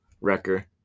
Wrecker